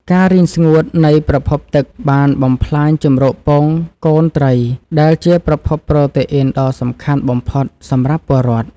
ការរីងស្ងួតនៃប្រភពទឹកបានបំផ្លាញជម្រកពងកូនត្រីដែលជាប្រភពប្រូតេអ៊ីនដ៏សំខាន់បំផុតសម្រាប់ពលរដ្ឋ។